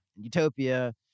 utopia